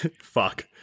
Fuck